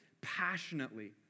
passionately